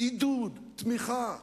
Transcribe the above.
עידוד ותמיכה.